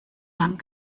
lang